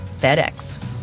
FedEx